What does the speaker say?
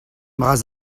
bras